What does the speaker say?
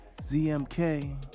ZMK